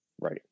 Right